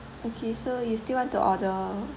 okay so you still want to order